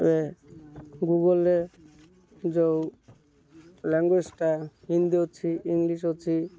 ଏବେ ଗୁଗୁଲ୍ରେ ଯେଉଁ ଲାଙ୍ଗୁଏଜ୍ଟା ହିନ୍ଦୀ ଅଛି ଇଂଲିଶ୍ ଅଛି